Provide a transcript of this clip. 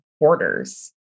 borders